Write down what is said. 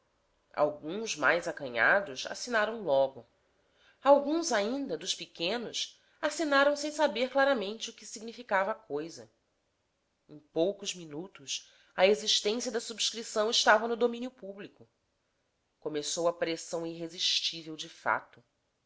alguns mais acanhados assinaram logo alguns ainda dos pequenos assinaram sem saber claramente o que significava a coisa em poucos minutos a existência da subscrição estava no domínio público começou a pressão irresistível de fato